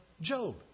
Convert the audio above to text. Job